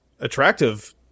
attractive